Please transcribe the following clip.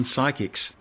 Psychics